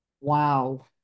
Wow